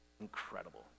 Incredible